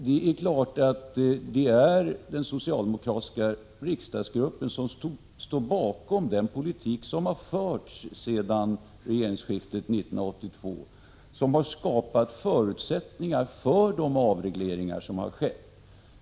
Det är klart att det är den socialdemokratiska riksdagsgruppen som står bakom den politik som har förts sedan regeringsskiftet 1982, vilket har skapat förutsättningar för de avregleringar som skett.